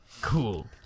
Cool